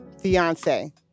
fiance